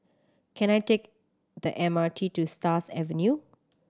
can I take the M R T to Stars Avenue